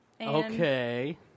Okay